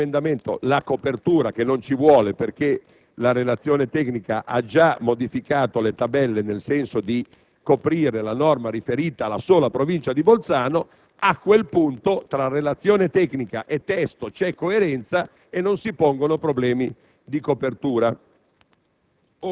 da quell'emendamento la copertura (che non è necessaria, perché la relazione tecnica ha già modificato le tabelle, prevedendo la copertura della norma riferita alla sola Provincia di Bolzano), a quel punto tra relazione tecnica e testo ci sarebbe coerenza e non si porrebbero problemi